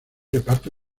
reparto